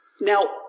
Now